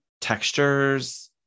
textures